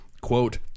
quote